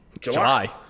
July